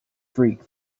streak